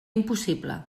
impossible